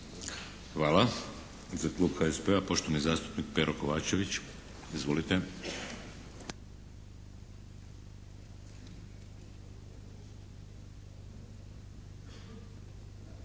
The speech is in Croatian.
Hvala. Za klub HSP-a, poštovani zastupnik Pero Kovačević. Izvolite.